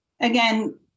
again